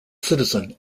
citizen